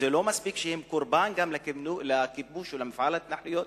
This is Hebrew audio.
זה לא מספיק שהם גם קורבן לכיבוש ולמפעל ההתנחלויות?